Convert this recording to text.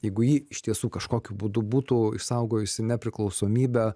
jeigu ji iš tiesų kažkokiu būdu būtų išsaugojusi nepriklausomybę